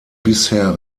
bisher